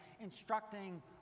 instructing